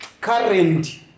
Current